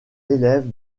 élève